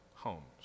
homes